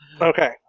Okay